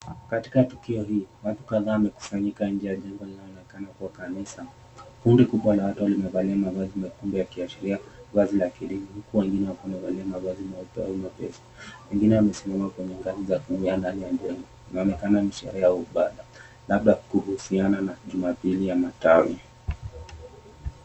Katika tukio hii watu kadhaa wamekusanyika nje ya jumba inayoonekana kuwa kanisa. Kundi kubwa la watu limevalia mavazi mekundu yakiashiria vazi la kidini huku wengine wakiwa wamevalia mavazi meupe au mepesi. Wengine wamesimama ndani ya mjengo. Inaonekana ni sherehe au ibada labda kuhusiana na jumapili ya matawi.